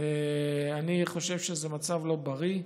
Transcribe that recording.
אני חושב שזה מצב לא בריא.